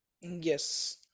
Yes